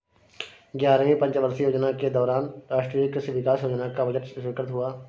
ग्यारहवीं पंचवर्षीय योजना के दौरान राष्ट्रीय कृषि विकास योजना का बजट स्वीकृत हुआ